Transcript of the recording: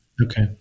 Okay